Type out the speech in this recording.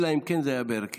אלא אם כן זה היה בהרכב.